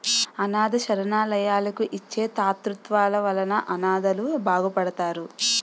అనాధ శరణాలయాలకు ఇచ్చే తాతృత్వాల వలన అనాధలు బాగుపడతారు